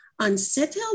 unsettled